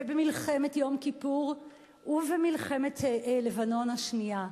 ובמלחמת יום כיפור ובמלחמת לבנון השנייה,